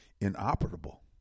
inoperable